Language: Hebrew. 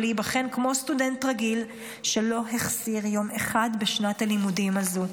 ולהיבחן כמו סטודנט רגיל שלא החסיר יום אחד בשנת הלימודים הזו.